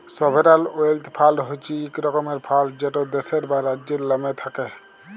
sovereign wealth fund হছে ইক রকমের ফাল্ড যেট দ্যাশের বা রাজ্যের লামে থ্যাকে